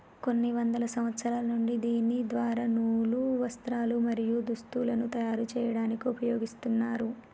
కొన్ని వందల సంవత్సరాల నుండి దీని ద్వార నూలు, వస్త్రాలు, మరియు దుస్తులను తయరు చేయాడానికి ఉపయోగిస్తున్నారు